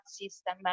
system